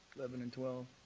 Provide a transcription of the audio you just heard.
eleven and twelve.